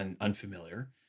unfamiliar